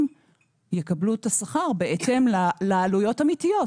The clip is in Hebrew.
יקבלו את השכר בהתאם לעלויות אמיתיות,